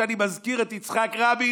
שאני מזכיר את יצחק רבין,